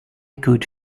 could